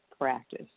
practice